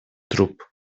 trup